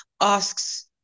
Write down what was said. asks